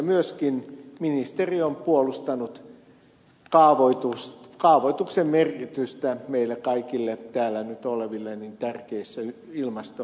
myöskin ministeriö on puolustanut kaavoituksen merkitystä meille kaikille täällä nyt oleville tärkeissä ilmastokysymyksissä